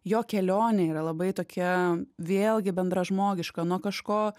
jo kelionė yra labai tokia vėlgi bendražmogiška nuo kažko